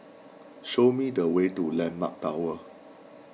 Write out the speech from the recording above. show me the way to Landmark Tower